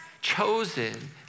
chosen